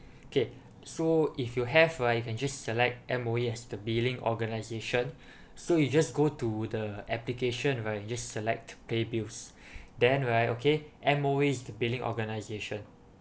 K so if you have right you can just select M_O_E as the billing organization so you just go to the application then you just select pay bills then right okay M_O_E as the billing organization